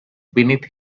beneath